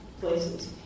places